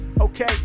okay